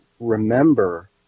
remember